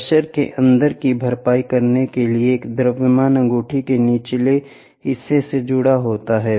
pressure के अंतर की भरपाई करने के लिए एक द्रव्यमान अंगूठी के निचले हिस्से से जुड़ा होता है